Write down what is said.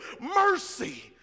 mercy